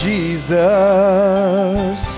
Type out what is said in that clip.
Jesus